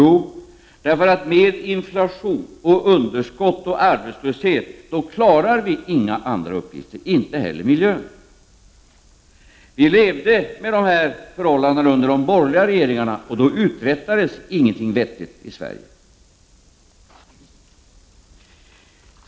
Jo, därför att med inflation, underskott och arbetslöshet klarar vi inga andra uppgifter, inte heller miljön. Vi levde med de här förhållandena under de borgerliga regeringarna, och då uträttades ingenting vettigt i Sverige.